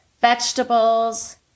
vegetables